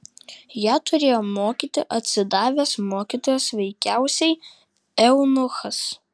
ją turėjo mokyti atsidavęs mokytojas veikiausiai eunuchas